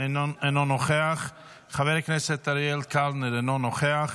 אינו נוכח, חבר הכנסת אריאל קלנר, אינו נוכח,